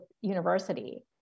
university